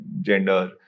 gender